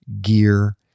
gear